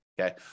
okay